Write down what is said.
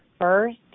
first